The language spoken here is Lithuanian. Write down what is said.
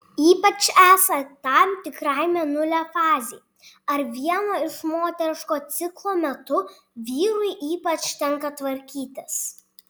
ypač esant tam tikrai mėnulio fazei ar vieno iš moteriško ciklo metu vyrui ypač tenka tvarkytis